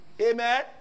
Amen